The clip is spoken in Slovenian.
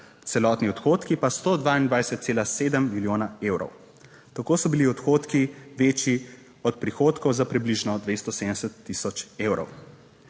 celotni odhodki pa 122,7 milijona evrov. Tako so bili odhodki večji od prihodkov za približno 270 tisoč evrov.